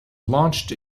launched